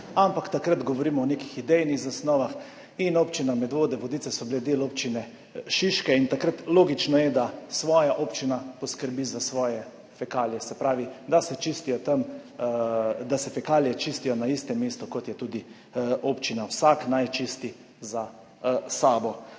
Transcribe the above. ampak takrat govorimo o nekih idejnih zasnovah. Občini Medvode in Vodice sta bili del občine Šiška in logično je, da občina poskrbi za svoje fekalije, se pravi da se fekalije čistijo na istem mestu, kjer je tudi občina, vsak naj čisti za sabo.